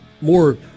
more